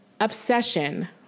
obsession